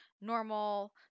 normal